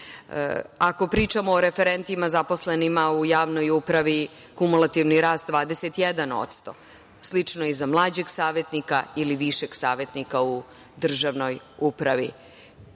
pričamo o referentima, zaposlenima u javnoj upravi, kumulativni rast 21%. Slično je i za mlađeg savetnika ili višeg savetnika u državnoj upravi. Dakle,